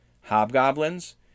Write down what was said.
Hobgoblins